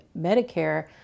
Medicare